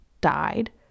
died